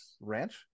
Ranch